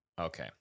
okay